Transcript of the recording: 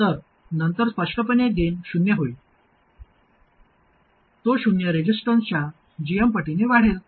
तर नंतर स्पष्टपणे गेन शून्य होईल तो शून्य रेसिस्टन्सच्या gm पटीने वाढेल